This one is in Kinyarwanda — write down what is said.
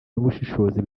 n’ubushishozi